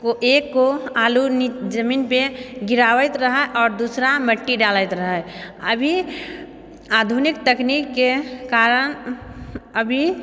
एक आलू जमीनपर गिराबैत रहै आओर दूसरा मट्टी डालैत रहै अभी आधुनिक तकनीकके कारण अभी